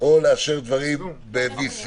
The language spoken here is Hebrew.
או ב-VC.